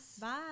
Bye